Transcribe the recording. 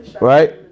Right